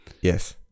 Yes